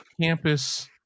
campus